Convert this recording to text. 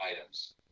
items